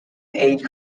age